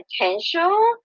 potential